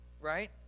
right